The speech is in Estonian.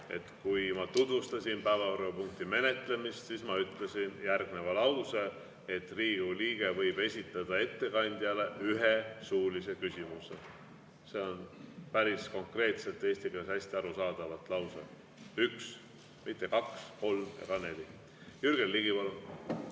et kui ma tutvustasin päevakorrapunkti menetlemist, siis ma ütlesin ka lause, et Riigikogu liige võib esitada ettekandjale ühe suulise küsimuse. See on päris konkreetne, eesti keeles hästi arusaadav lause. Üks, mitte kaks, kolm ega neli. Jürgen Ligi,